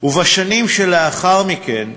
ובשנים שלאחר מכן,